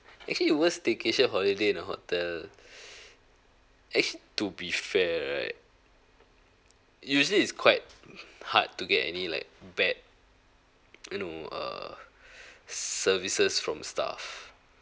actually worst staycation holiday in a hotel actually to be fair right usually is quite hard to get any like bad you know err services from staff